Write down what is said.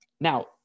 Now